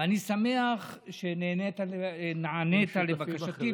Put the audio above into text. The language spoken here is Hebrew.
ואני שמח שנענית לבקשתי,